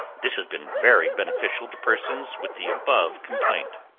this has been very beneficial to persons with the above complaint.